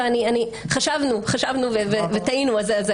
חשבנו, חשבנו וטעינו.